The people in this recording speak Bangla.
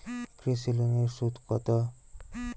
কৃষি লোনের সুদ কত?